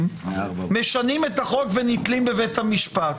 משנים את החוק ונתלים בבית המשפט,